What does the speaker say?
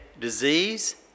disease